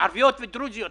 ערביות ודרוזיות.